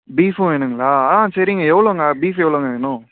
பீஃப்பும் வேணும்ங்களா ஆ சரிங்க எவ்வளோங்க பீஃப் எவ்வளோங்க வேணும்